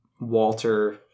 Walter